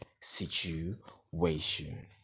situation